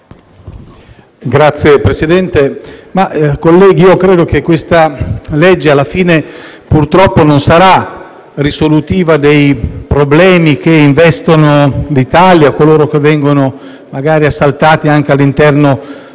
Signor Presidente, colleghi, credo che questo disegno di legge, alla fine, purtroppo non sarà risolutivo dei problemi che investono l'Italia e coloro che vengono magari assaliti anche all'interno